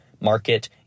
market